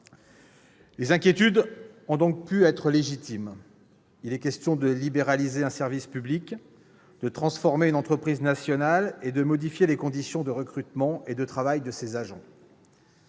Des inquiétudes légitimes ont pu apparaître : il est question de libéraliser un service public, de transformer une entreprise nationale et de modifier les conditions de recrutement et de travail de ses agents.